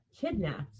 kidnapped